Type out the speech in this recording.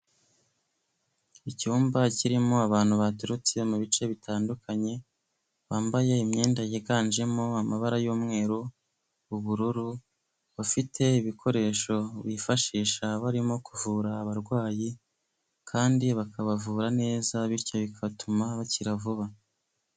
Icyumba kirimo abantu baturutse mu bice bitandukanye bambaye imyenda yiganjemo amabara y'umweru, ubururu, bafite ibikoresho bifashisha barimo kuvura abarwayi kandi bakabavura neza bityo bigatuma bakira vuba.